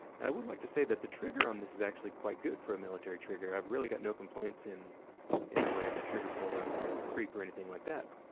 and i would like to say that the trigger on this is actually quite good for a military trigger. i've really got no complaints in in the way of the trigger pull, or or creep, or anything like that.